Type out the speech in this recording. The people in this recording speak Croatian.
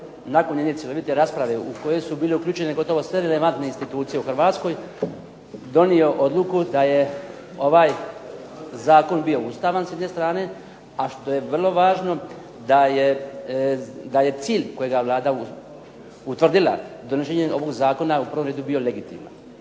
nakon jedne cjelovite rasprave u kojoj su bile uključene gotovo sve relevantne institucije u Hrvatskoj donio odluku da je ovaj zakon bio ustavan s jedne strane, a što je vrlo važno da je cilj kojeg je Vlada utvrdila donošenjem ovog zakona u prvom redu bio legitiman.